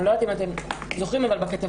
אני לא יודעת אם אתם זוכרים אבל בכתבה